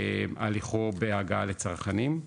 על איחור בהגעה לצרכנים.